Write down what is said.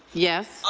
yes.